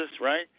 right